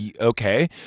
okay